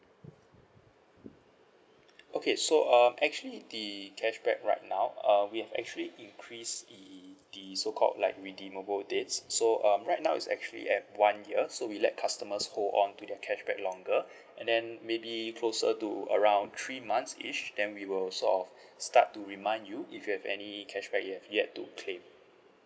okay so um actually the cashback right now uh we have actually increase the the so called like redeemable dates so um right now is actually at one year so we let customers hold on to their cashback longer and then maybe closer to around three months-ish then we will sort of start to remind you if you have any cashback you have yet to claim